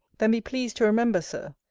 then be pleased to remember, sir,